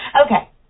Okay